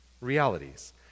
realities